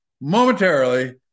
momentarily